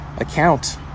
account